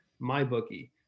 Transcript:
MyBookie